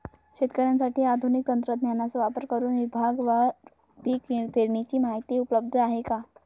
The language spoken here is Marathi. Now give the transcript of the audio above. शेतकऱ्यांसाठी आधुनिक तंत्रज्ञानाचा वापर करुन विभागवार पीक पेरणीची माहिती उपलब्ध आहे का?